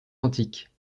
antiques